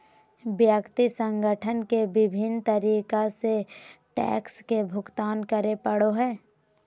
व्यक्ति संगठन के विभिन्न तरीका से टैक्स के भुगतान करे पड़ो हइ